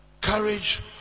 Courage